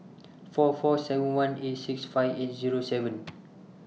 four four seven one eight six five eight Zero seven